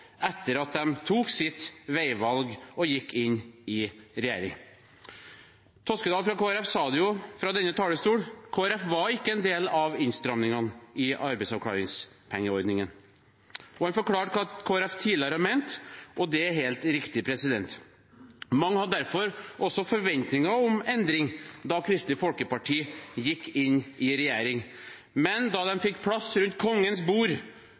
etter at de tok sitt veivalg og gikk inn i regjering. Representanten Toskedal sa det fra denne talerstolen: Kristelig Folkeparti var ikke en del av innstramningene i arbeidsavklaringspengeordningen. Og han forklarte hva Kristelig Folkeparti tidligere har ment, og det er helt riktig. Mange hadde derfor også forventninger om endring da Kristelig Folkeparti gikk inn i regjering, men da de fikk plass rundt Kongens bord,